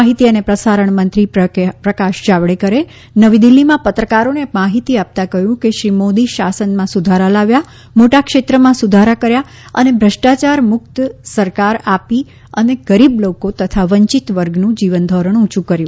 માહિતી અને પ્રસારણ મંત્રી પ્રકાશ જાવડેકરે નવી દિલ્ફીમાં પત્રકારોને માહિતી આપતાં કહ્યું કે શ્રી મોદી શાસનમાં સુધારા લાવ્યા મોટા ક્ષેત્રમાં સુધારા કર્યા અને ભુષ્ટાયાર મુક્ત સરકાર આપી અને ગરીબ લોકો તથા વંચિત વર્ગનું જીવનધોરણ ઉંચું કર્યું